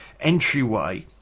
entryway